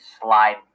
slide